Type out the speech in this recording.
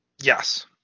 Yes